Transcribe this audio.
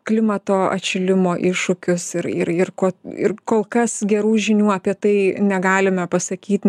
klimato atšilimo iššūkius ir ir ko ir kol kas gerų žinių apie tai negalime pasakyt